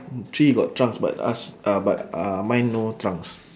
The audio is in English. tree got trunks but us uh but uh mine no trunks